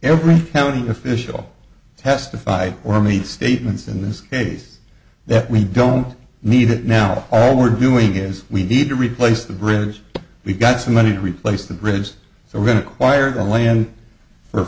every county official testified or made statements in this case that we don't need it now all we're doing is we need to replace the bridge we've got some money to replace the bridges so require the land for